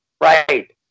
Right